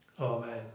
Amen